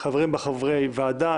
חברים בה חברי ועדה,